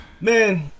Man